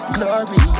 Glory